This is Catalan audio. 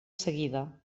seguida